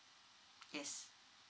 yes